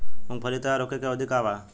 मूँगफली तैयार होखे के अवधि का वा?